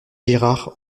girard